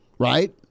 Right